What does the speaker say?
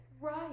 Right